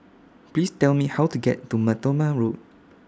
Please Tell Me How to get to Mar Thoma Road